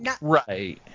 Right